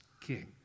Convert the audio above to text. King